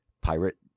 pirate